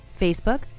Facebook